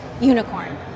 unicorn